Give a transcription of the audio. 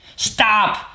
Stop